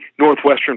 Northwestern